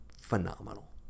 phenomenal